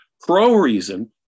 pro-reason